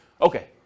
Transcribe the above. Okay